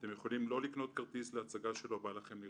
אתם יכולים לא לקנות כרטיס להצגה שלא בא לכם לראות,